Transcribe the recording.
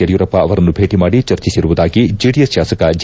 ಯಡಿಯೂರಪ್ಪ ಅವರನ್ನು ಭೇಟಿ ಮಾಡಿ ಚರ್ಚಿಸಿರುವುದಾಗಿ ಜೆಡಿಎಸ್ ಶಾಸಕ ಜೆ